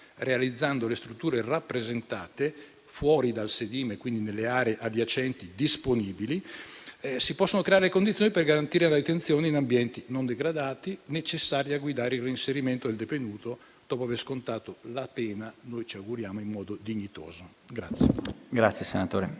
realizzando le strutture rappresentate fuori dal sedime, quindi nelle aree adiacenti disponibili, si possono creare le condizioni per garantire la detenzione in ambienti non degradati, necessarie a guidare il reinserimento del detenuto dopo aver scontato la pena, noi ci auguriamo in modo dignitoso.